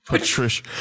Patricia